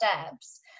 steps